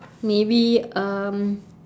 maybe um